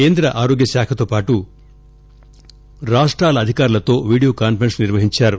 కేంద్ర ఆరోగ్య శాఖతోపాటు రాష్టాల అధికారులతో వీడియో కాన్సరెన్స్ నిర్వహించారు